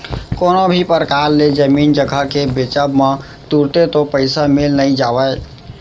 कोनो भी परकार ले जमीन जघा के बेंचब म तुरते तो पइसा मिल नइ जावय